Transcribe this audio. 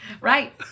right